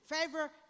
favor